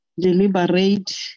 deliberate